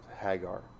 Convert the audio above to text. Hagar